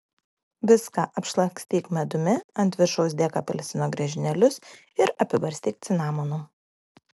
viską apšlakstyk medumi ant viršaus dėk apelsino griežinėlius ir apibarstyk cinamonu